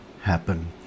happen